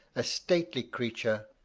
a stately creature,